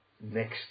next